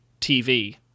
TV